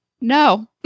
no